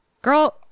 girl